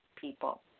people